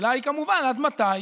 השאלה היא כמובן עד מתי,